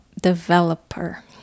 developer